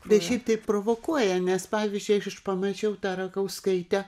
bet šiaip tai provokuoja nes pavyzdžiui aš iš pamačiau tą rakauskaitę